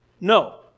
No